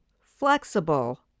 flexible